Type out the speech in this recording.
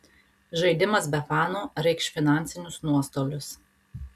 žaidimas be fanų reikš finansinius nuostolius